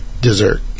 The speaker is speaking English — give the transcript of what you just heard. dessert